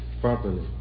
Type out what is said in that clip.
properly